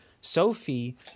Sophie